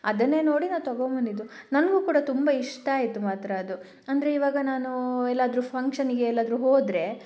ಅದನ್ನೇ ನೋಡಿ ನಾವು ತೊಗೊಂಡ್ಬಂದಿದ್ದು ನನಗೂ ಕೂಡ ತುಂಬ ಇಷ್ಟ ಆಯಿತು ಮಾತ್ರ ಅದು ಅಂದರೆ ಇವಾಗ ನಾನು ಎಲ್ಲಾದರೂ ಫಂಕ್ಷನಿಗೆ ಎಲ್ಲಾದರೂ ಹೋದರೆ